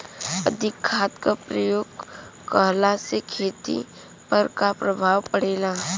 अधिक खाद क प्रयोग कहला से खेती पर का प्रभाव पड़ेला?